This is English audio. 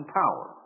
power